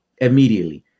immediately